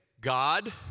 God